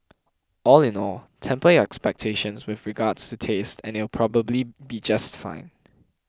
all in all temper your expectations with regards to taste and it'll probably be just fine